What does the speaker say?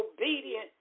obedient